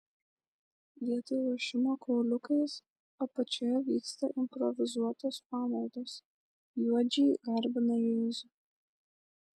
vietoj lošimo kauliukais apačioje vyksta improvizuotos pamaldos juodžiai garbina jėzų